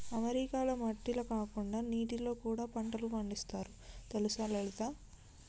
అమెరికాల మట్టిల కాకుండా నీటిలో కూడా పంటలు పండిస్తారు తెలుసా లలిత